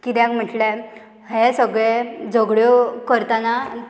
किद्याक म्हटल्यार हें सगळे झगड्यो करतना